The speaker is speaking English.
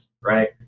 right